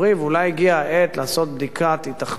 ואולי הגיעה העת לעשות בדיקת היתכנות